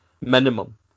minimum